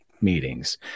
meetings